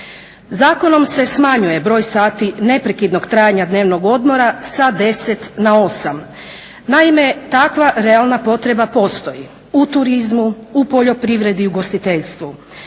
Zakonom se smanjuje broj sati neprekidnog trajanja dnevnog odmora sa 10 na 8. Naime, takva realna potreba postoji u turizmu, u poljoprivredi i ugostiteljstvu.